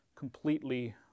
completely